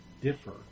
differ